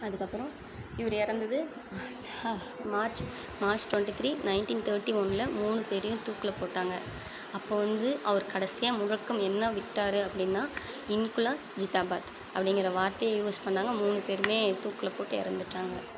அதுக்கப்புறம் இவரு இறந்துது March March twenty three nineteen thirty ஒன்ல மூணு பேரையும் தூக்கில் போட்டாங்கள் அப்போ வந்து அவர் கடைசியாக முழக்கம் என்ன விட்டார் அப்படின்னா இன்குலா ஜித்தாபாத் அப்படிங்கிற வார்த்தையை யூஸ் பண்ணாங்கள் மூணு பேருமே தூக்கில் போட்டு இறந்துட்டாங்க